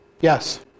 Yes